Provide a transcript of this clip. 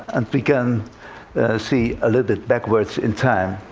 and we can see a little bit backwards in time.